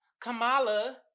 Kamala